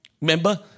Remember